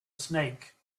snake